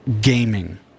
gaming